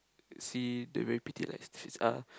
see the very pretty light streets uh